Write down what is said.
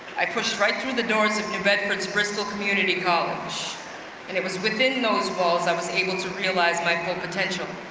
i pushed right through the doors of new bedford's bristol community college and it was within those walls, i was able to realize my full potential,